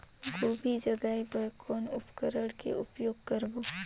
गोभी जगाय बर कौन उपकरण के उपयोग करबो?